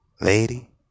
Lady